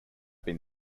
been